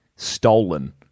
stolen